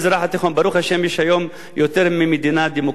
ברוך השם, יש היום יותר ממדינה דמוקרטית אחת,